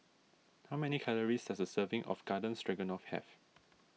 how many calories does a serving of Garden Stroganoff have